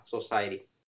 Society